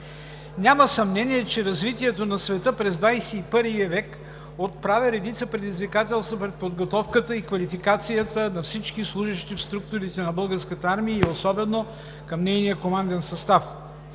Няма съмнение, че развитието на света през XXI век отправя редица предизвикателства пред подготовката и квалификацията на всички служещи в структурите на Българската армия и особено пред нейния команден състав.